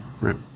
right